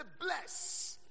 bless